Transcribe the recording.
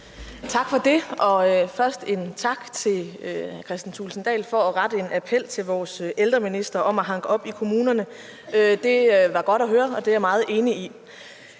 Tak for det. Først en tak til hr. Kristian Thulesen Dahl for at rette en appel til vores ældreminister om at hanke op i kommunerne. Det var godt at høre, og det er jeg meget enig i.